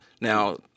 Now